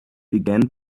began